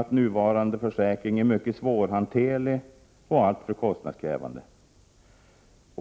att nuvarande försäkring är mycket svårhanterlig och alltför kostnadskrävande.